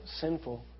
sinful